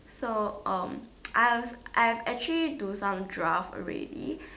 so um I have I have actually do some draft already